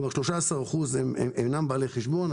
כלומר 13% אינם בעלי חשבון.